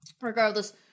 regardless